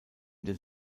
dem